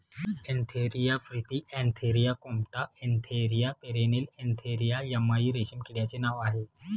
Antheraea frithi Antheraea compta Antheraea pernyi Antheraea yamamai रेशीम किड्याचे नाव आहे